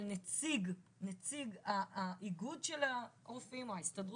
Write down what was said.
על נציג האיגוד של הרופאים או ההסתדרות,